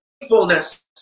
faithfulness